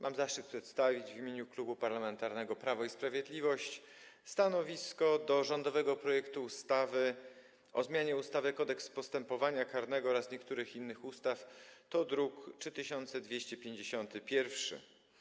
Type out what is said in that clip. Mam zaszczyt przedstawić w imieniu Klubu Parlamentarnego Prawo i Sprawiedliwość stanowisko wobec rządowego projektu ustawy o zmianie ustawy Kodeks postępowania karnego oraz niektórych innych ustaw, druk nr 3251.